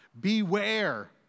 Beware